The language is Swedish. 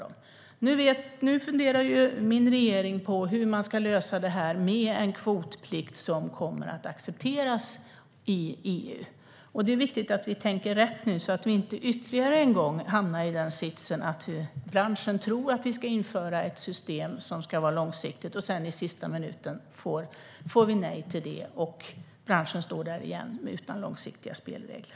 Nu funderar min regering på hur man ska lösa det här med en kvotplikt som kommer att accepteras i EU. Det är viktigt att vi tänker rätt här så att vi inte ytterligare en gång hamnar i den sitsen att branschen tror att det ska införas ett långsiktigt system och att vi i sista minuten får nej till det. Då står branschen där igen utan långsiktiga spelregler.